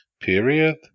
period